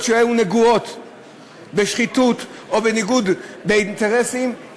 שהיו נגועות בשחיתות או בניגוד אינטרסים,